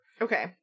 Okay